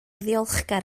ddiolchgar